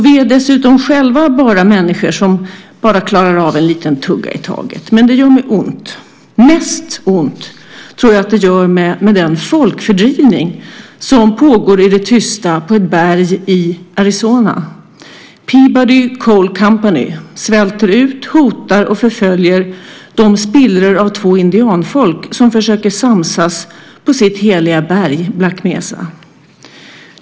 Vi är dessutom själva bara människor som bara klarar av en liten tugga i taget. Det gör mig ont. Mest ont gör mig den folkfördrivning som pågår i det tysta på ett berg i Arizona. Peabody Coal Company svälter ut, hotar och förföljer de spillror av två indianfolk som försöker samsas på sitt heliga berg Black Mesa.